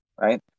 Right